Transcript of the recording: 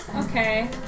Okay